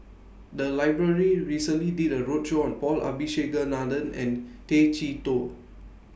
The Library recently did A roadshow on Paul Abisheganaden and Tay Chee Toh